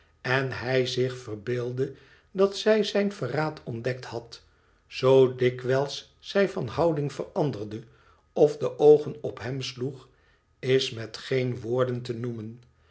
en hij zich verbeeldde dat zij zijn verraad ontdekt had zoo dikwijls zij van houding veranderde of de oogen op hem sloeg is met geen woorden te noemen